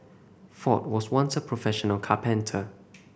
ford was once a professional carpenter